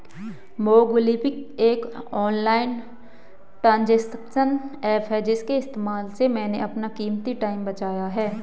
MobiKwik एक online transaction app है इसके इस्तेमाल से मैंने अपना कीमती टाइम बचाया है